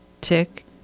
tick